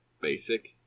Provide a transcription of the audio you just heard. basic